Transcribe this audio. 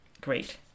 Great